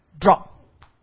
Drop